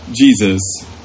Jesus